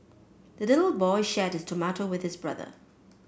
the little boy shared his tomato with his brother